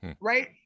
Right